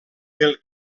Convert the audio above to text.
pel